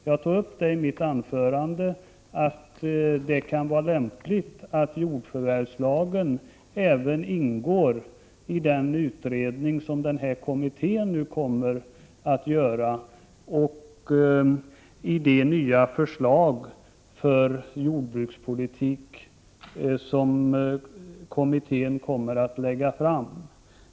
Jag tog i mitt tidigare anförande upp att det kan vara lämpligt att även jordförvärvslagen ingår i den utredning som kommittén kommer att göra och i det nya förslag till jordbrukspolitik som kommittén skall lägga fram.